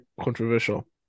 controversial